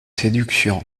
séduction